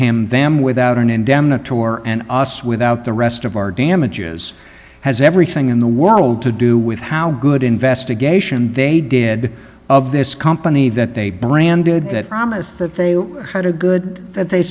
him them without an indemnity tour and us without the rest of our damages has everything in the world to do with how good investigation they did of this company that they branded that promise that they had a good that they